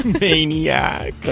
Maniac